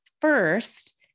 First